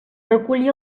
reculli